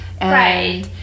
right